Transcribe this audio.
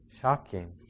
shocking